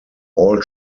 all